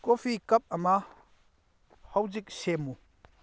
coffee cup ꯑꯃ ꯍꯧꯖꯤꯛ ꯁꯦꯝꯃꯨ